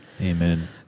Amen